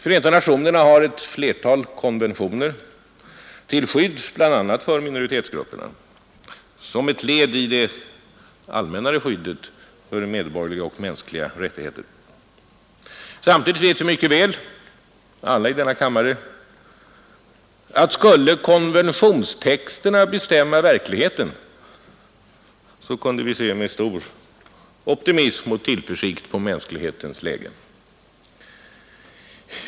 Förenta nationerna har flera konventioner till skydd bl.a. för minoritetsgrupperna som ett led i det allmänna skyddet för medborgerliga och mänskliga rättigheter. Samtidigt vet vi alla i denna kammare mycket väl att skulle konventionstexterna bestämma verkligheten, så kunde vi se med stor optimism och tillförsikt på mänsklighetens läge.